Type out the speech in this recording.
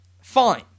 fine